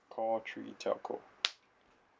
call three telco